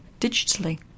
digitally